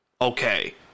okay